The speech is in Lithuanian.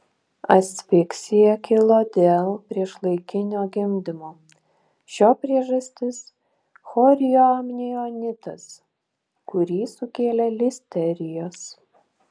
asfiksija kilo dėl priešlaikinio gimdymo šio priežastis chorioamnionitas kurį sukėlė listerijos